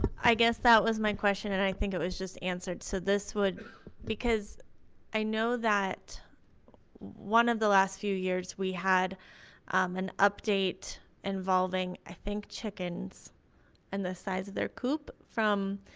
i guess that was my question and i think it was just answered. so this would because i know that one of the last few years we had an update involving, i think chickens and the size of their coop from